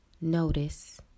notice